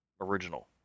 original